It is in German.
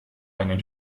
einen